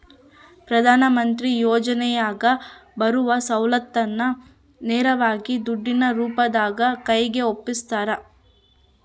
ಪ್ರಧಾನ ಮಂತ್ರಿ ಯೋಜನೆಯಾಗ ಬರುವ ಸೌಲತ್ತನ್ನ ನೇರವಾಗಿ ದುಡ್ಡಿನ ರೂಪದಾಗ ಕೈಗೆ ಒಪ್ಪಿಸ್ತಾರ?